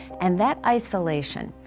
and that isolation